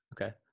Okay